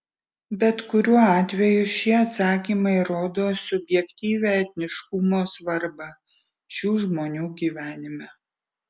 bet kuriuo atveju šie atsakymai rodo subjektyvią etniškumo svarbą šių žmonių gyvenime